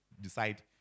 decide